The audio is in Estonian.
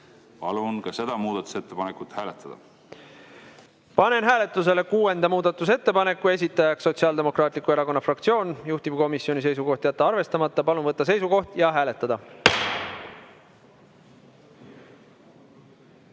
seda muudatusettepanekut hääletada. Panen hääletusele kuuenda muudatusettepaneku, esitajaks Sotsiaaldemokraatliku Erakonna fraktsioon, juhtivkomisjoni seisukoht on jätta arvestamata. Palun võtta seisukoht ja hääletada!